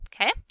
Okay